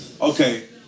okay